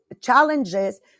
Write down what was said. challenges